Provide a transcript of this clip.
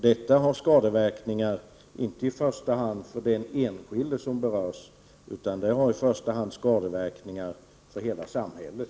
Detta har skadeverkningar, inte i första hand för den enskilde som berörs, utan för hela samhället.